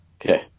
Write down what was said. Okay